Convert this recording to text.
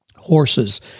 horses